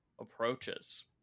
approaches